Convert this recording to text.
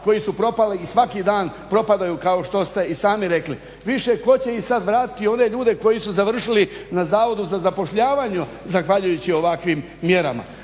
koji su propali i svaki dan propadaju kako što ste i sami rekli. Više ko će ih sad vratiti one ljude koji su završili na zavodu za zapošljavanje zahvaljujući ovakvim mjerama.